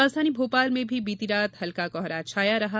राजधानी भोपाल में भी बीती रात हल्का कोहरा छाया रहा